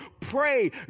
pray